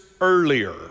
earlier